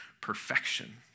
perfection